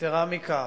יתירה מכך,